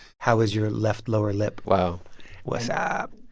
how is your left lower lip? wow what's ah up?